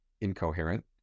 incoherent